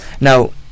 Now